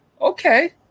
okay